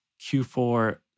Q4